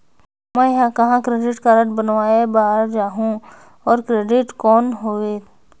मैं ह कहाँ क्रेडिट कारड बनवाय बार जाओ? और क्रेडिट कौन होएल??